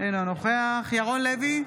אינו נוכח ירון לוי,